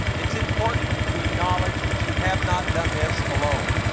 it's important to acknowledge that you have not done this alone.